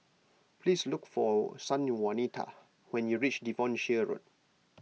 please look for Sanjuanita when you reach Devonshire Road